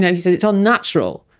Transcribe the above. yeah he says it's unnatural,